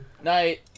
Night